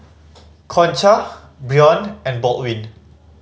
Concha Brion and Baldwin